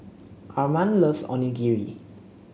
Armand loves Onigiri